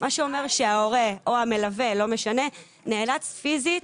מה שאומר שההורה או המלווה נאלץ פיזית